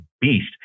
beast